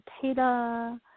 potato